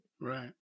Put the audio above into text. Right